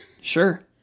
sure